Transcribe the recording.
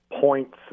points